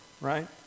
right